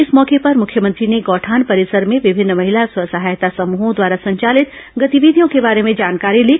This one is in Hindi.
इस मौके पर मुख्यमंत्री ने गौठान परिसर में विभिन्न महिला स्व सहायता समूहों द्वारा संचालित गतिविधियों के बारे में जानकारी ली